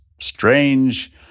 strange